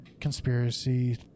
conspiracy